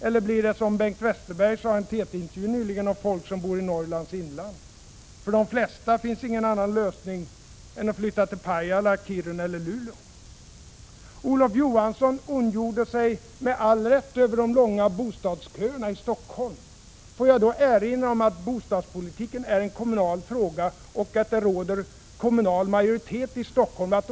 Eller blir det som Bengt Westerberg sade i en TT-intervju nyligen om folk som bor i Norrlands inland: ”För de flesta finns det ingen annan lösning än att flytta till Pajala, Kiruna eller Luleå.” Olof Johansson ondgjorde sig med all rätt över de långa bostadsköerna i Stockholm. Får jag då erinra om att bostadspolitiken är en kommunal fråga och att det råder borgerlig majoritet i Stockholm.